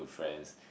friends